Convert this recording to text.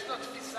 יש לו תפיסה מהירה.